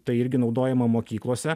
tai irgi naudojama mokyklose